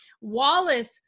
Wallace